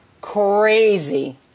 Crazy